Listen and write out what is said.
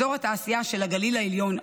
אזור התעשייה של הגליל העליון,